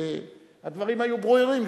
הדברים היו ברורים.